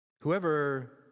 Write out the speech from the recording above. whoever